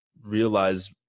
realize